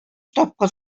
тапкыр